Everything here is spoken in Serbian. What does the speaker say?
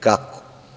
Kako?